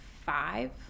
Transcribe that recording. five